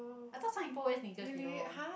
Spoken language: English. I thought some people wear sneakers you know